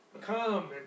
come